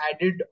added